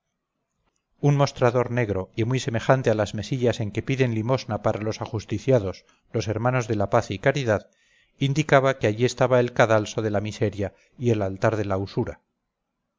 un mostrador negro y muy semejante a las mesillas en que piden limosna para los ajusticiados los hermanos de la paz y caridad indicaba que allí estaba el cadalso de la miseria y el altar de la usura